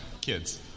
Kids